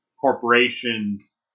corporations